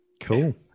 cool